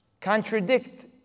contradict